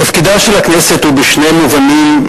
תפקידה של הכנסת הוא בשני מובנים.